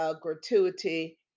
gratuity